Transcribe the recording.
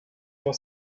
your